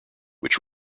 which